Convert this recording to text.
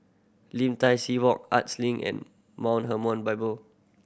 Lim Tai See Walk Arts Link and Mount Hermon Bible